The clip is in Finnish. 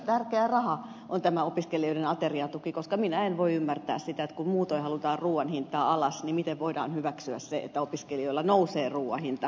tärkeä raha on myös tämä opiskelijoiden ateriatuki koska minä en voi ymmärtää sitä että kun muutoin halutaan ruuan hintaa alas niin miten voidaan hyväksyä se että opiskelijoilla nousee ruuan hinta